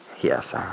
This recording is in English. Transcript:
Yes